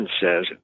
says